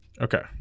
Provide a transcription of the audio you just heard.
Okay